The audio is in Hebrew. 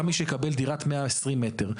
גם מי שיקבל דירת 120 מ"ר,